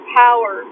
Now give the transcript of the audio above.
power